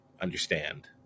understand